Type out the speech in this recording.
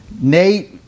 Nate